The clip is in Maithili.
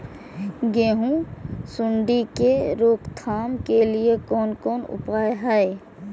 गेहूँ सुंडी के रोकथाम के लिये कोन कोन उपाय हय?